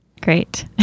Great